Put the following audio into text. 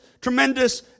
tremendous